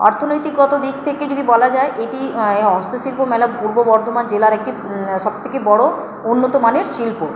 অর্থনৈতিকগত দিক থেকে যদি বলা যায় এটি হস্তশিল্প মেলা পূর্ব বর্ধমান জেলার একটি সবথেকে বড়ো উন্নত মানের শিল্প